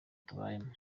tubayemo